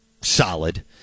solid